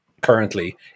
currently